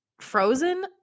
frozen